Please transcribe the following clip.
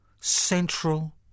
central